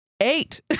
eight